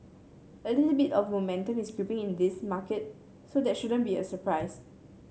a little bit of momentum is creeping in this market so that shouldn't be a surprise